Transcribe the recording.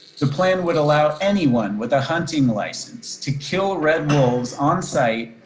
the plan would allow anyone with a hunting license to kill red wolves on site,